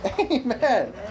Amen